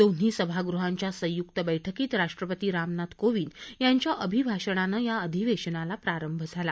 दोन्ही सभागृहांच्या संयुक्त बैठकीत राष्ट्रपती रामनाथ कोविंद यांच्या अभिभाषणानं या अधिवेशनाला प्रारंभ झाला